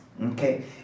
Okay